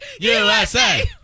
USA